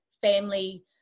family